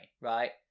right